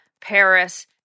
Paris